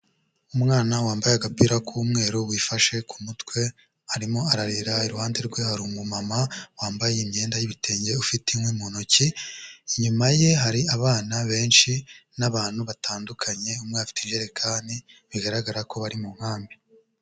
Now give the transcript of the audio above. Umwana wambaye agapira k'umweru, wifashe ku mutwe, arimo ararira, iruhande rwe hari umumama wambaye imyenda y'ibitenge, ufite inkwi mu ntoki, inyuma ye hari abana benshi n'abantu batandukanye, umwe afite ijerekani, bigaragara ko bari mu nkambi.